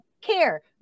care